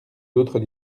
d’autres